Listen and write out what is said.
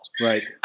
right